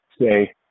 say